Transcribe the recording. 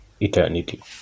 eternity